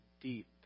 Deep